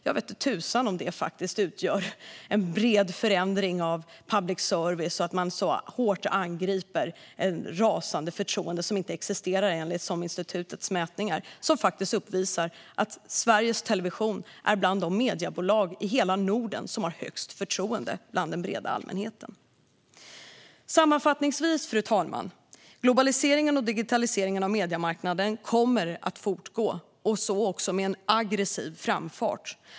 Det vete tusan om det utgör en bred förändring av public service - eller att man så hårt angriper ett rasande förtroende som inte existerar enligt SOM-institutets mätningar som faktiskt uppvisar att Sveriges Television är bland de mediebolag i hela Norden som har högst förtroende hos den breda allmänheten. Fru talman! Globaliseringen och digitaliseringen av mediemarknaden kommer att fortgå med en aggressiv framfart.